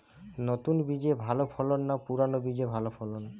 নতুন বীজে ভালো ফলন না পুরানো বীজে ভালো ফলন?